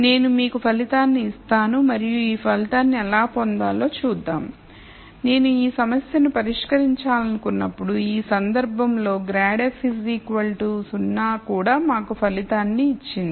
నేను మీకు ఫలితాన్ని ఇస్తాను మరియు ఈ ఫలితాన్ని ఎలా పొందాలో చూద్దాం నేను ఈ సమస్యను పరిష్కరించాలనుకున్నప్పుడు ఈ సందర్భంలో grad f 0 కూడా మాకు ఫలితాన్ని ఇచ్చింది